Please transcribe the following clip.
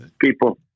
people